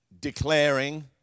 declaring